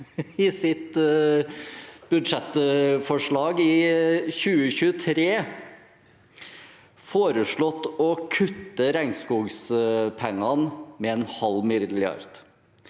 i sitt budsjettforslag for 2023 foreslått å kutte regnskogspengene med en halv milliard.